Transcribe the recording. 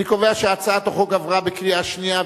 אני קובע שהצעת החוק עברה בקריאה שנייה,